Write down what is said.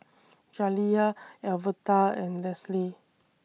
Jaliyah Alverta and Lesly